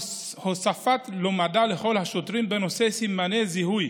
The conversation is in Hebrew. הוספת לומדה לכל השוטרים בנושא סימני זיהוי